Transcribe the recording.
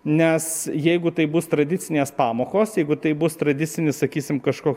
nes jeigu tai bus tradicinės pamokos jeigu tai bus tradicinis sakysim kažko